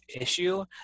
issue